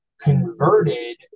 converted